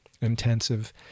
intensive